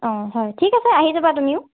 অ হয় ঠিক আছে আহি যাবা তুমিও